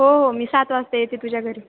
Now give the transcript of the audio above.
हो हो मी सात वाजता येते तुझ्या घरी